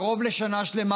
קרוב לשנה שלמה,